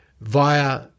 via